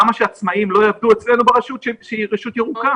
למה שעצמאיים לא יעבדו אצלנו ברשות שהיא רשות ירוקה?